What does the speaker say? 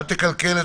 מצטער,